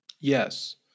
Yes